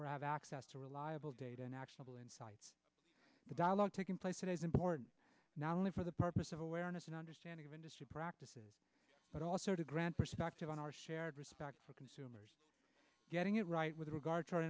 or have access to reliable data and actionable insights the dialogue taking place it is important not only for the purpose of awareness and understanding of industry practices but also to grant perspective on our shared respect for consumers getting it right with regard to